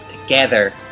together